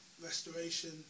Restoration